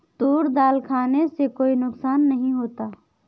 तूर दाल खाने से कोई नुकसान नहीं होता